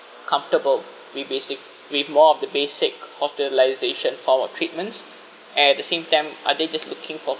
comfortable with basic with more of the basic hospitalisation form of treatments at the same time are they just looking for